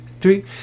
three